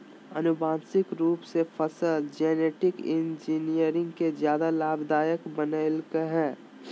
आनुवांशिक रूप से फसल जेनेटिक इंजीनियरिंग के ज्यादा लाभदायक बनैयलकय हें